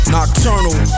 Nocturnal